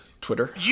Twitter